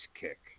kick